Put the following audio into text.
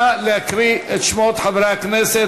נא להקריא את שמות חברי הכנסת,